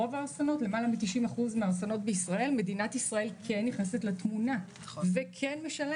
בלמעלה מ-90% מהאסונות במדינת ישראל המדינה נכנסת לתמונה ומשלמת,